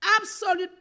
absolute